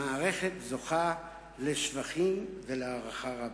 המערכת זוכה לשבחים ולהערכה רבה.